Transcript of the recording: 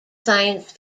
science